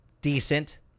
decent